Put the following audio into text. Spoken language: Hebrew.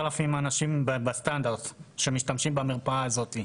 בין 3,000 ל-8,000 אנשים בסטנדרט משתמשים במרפאה הזאת.